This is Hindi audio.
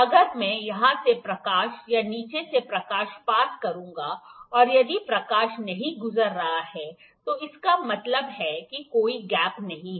अगर मैं यहाँ से प्रकाश या नीचे से प्रकाश पास करूँ और यदि प्रकाश नहीं गुजर रहा है तो इसका मतलब है कि कोई गैप नहीं है